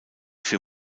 für